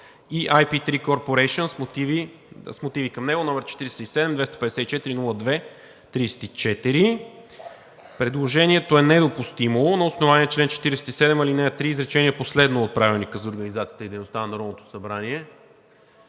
и IP3 Corporation с мотиви към него, № 47-254-02-34. Предложението е недопустимо на основание чл. 47, ал. 3, изречение последно от Правилника за организацията и дейността на Народното събрание,